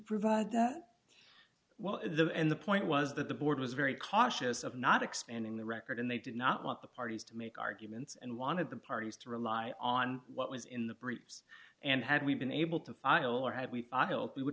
provide that well at the end the point was that the board was very cautious of not expanding the record and they did not want the parties to make arguments and wanted the parties to rely on what was in the briefs and had we been able to file or had we we w